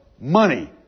money